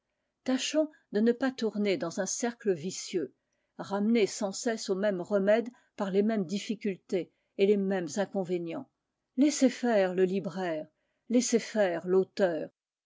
tâchons de ne pas tourner dans un cercle vicieux ramenés sans cesse aux mêmes remèdes par les mêmes difficultés et les mêmes inconvénients laissez faire le libraire laissez faire l'auteur